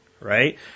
Right